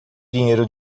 dinheiro